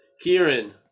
Kieran